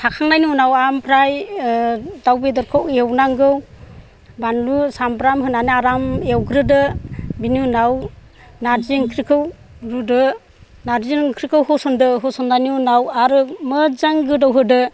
साखांनायनि उनाव ओमफ्राय दाउ बेदरखौ एवनांगौ बानलु सामब्राम होनानै आराम एवग्रोदो बेनि उनाव नारजि ओंख्रिखौ रुदो नारजि ओंख्रिखौ होसनदो होसननायनि उनाव आरो मोजां गोदौ होदो